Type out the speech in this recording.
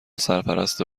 سرپرست